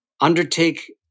undertake